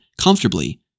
comfortably